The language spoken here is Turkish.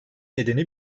nedeni